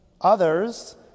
Others